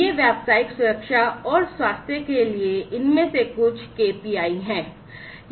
ये व्यावसायिक सुरक्षा और स्वास्थ्य के लिए इनमें से कुछ KPI हैं